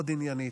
מאוד עניינית,